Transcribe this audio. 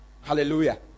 Hallelujah